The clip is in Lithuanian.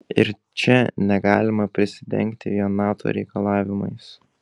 ir čia negalima prisidengti vien nato reikalavimais